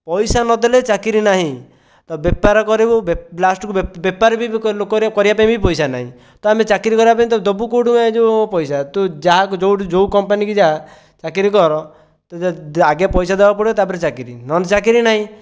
ପଇସା ନ ଦେଲେ ଚାକିରୀ ନାହିଁ ବେପାର କରିବୁ ଲାଷ୍ଟ୍କୁ ବେପାର ବି ଲୋକଙ୍କ କରିବା ପାଇଁ ବି ପଇସା ନାହିଁ ତ ଆମେ ଚାକିରୀ କରିବା ପାଇଁ ଦେବୁ କେଉଁଠୁ ଏ ଯେଉଁ ପଇସା ତୁ ଯାହାକୁ ଯେଉଁଠି ଯେଉଁ କମ୍ପାନୀକୁ ଯାଆ ଚାକିରୀ କର ତୋତେ ଆଗେ ପଇସା ଦେବାକୁ ପଡ଼ିବ ତା'ପରେ ଚାକିରୀ ନହେଲେ ଚାକିରୀ ନାହିଁ